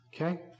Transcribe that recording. Okay